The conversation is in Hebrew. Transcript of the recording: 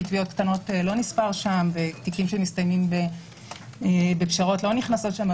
כי תביעות קטנות לא נספרות שם ותיקים שמסתיימים בפשרות לא נכנסים לשם,